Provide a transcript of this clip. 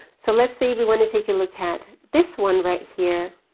so let's say we wanna take a look at this one right here,